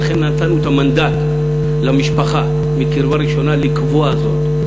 ולכן נתנו את המנדט למשפחה מקרבה ראשונה לקבוע זאת.